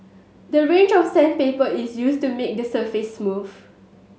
the range of sandpaper is used to make the surface smooth